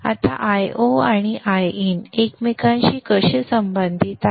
आता Io आणि Iin एकमेकांशी कसे संबंधित आहेत